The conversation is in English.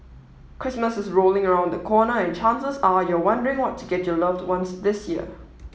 Christmas is rolling around the corner and chances are you're wondering what to get your loved ones this year